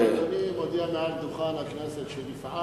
אם אדוני מודיע מעל דוכן הכנסת שהוא יפעל